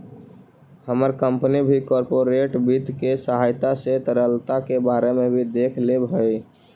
हमर कंपनी भी कॉर्पोरेट वित्त के सहायता से तरलता के बारे में भी देख लेब हई